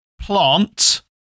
plant